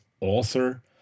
author